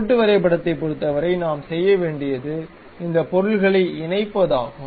கூட்டு வரைபடத்தைப் பொறுத்தவரை நாம் செய்ய வேண்டியது இந்த பொருள்களை இணைப்பதாகும்